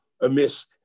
amiss